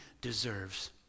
deserves